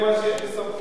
בקיצור.